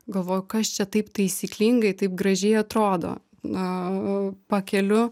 galvoju kas čia taip taisyklingai taip gražiai atrodo a pakeliu